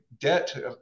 debt